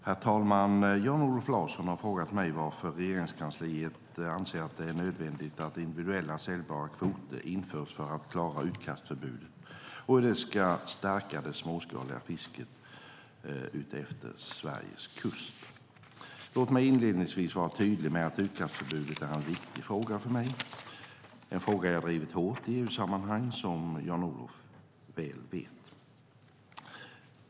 Herr talman! Jan-Olof Larsson har frågat mig varför Regeringskansliet anser att det är nödvändigt att individuella säljbara kvoter införs för att klara utkastförbudet och hur detta ska stärka det småskaliga fisket utefter Sveriges kust. Låt mig inledningsvis vara tydlig med att utkastförbudet är en viktig fråga för mig, en fråga jag drivit hårt i EU-sammanhang, som Jan-Olof väl vet.